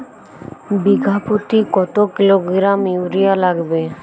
বিঘাপ্রতি কত kilogram urea লাগবে?